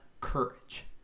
courage